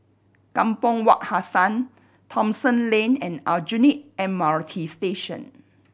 Kampong Wak Hassan Thomson Lane and Aljunied M R T Station